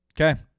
Okay